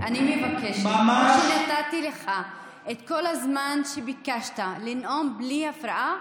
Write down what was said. כמו שנתתי לך את כל הזמן שביקשת לנאום בלי הפרעה,